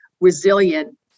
resilient